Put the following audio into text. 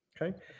Okay